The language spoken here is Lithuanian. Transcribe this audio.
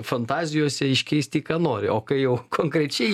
fantazijose iškeisti į ką nori o kai jau konkrečiai